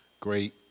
great